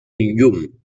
llum